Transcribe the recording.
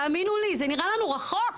האמינו לי זה נראה לנו רחוק,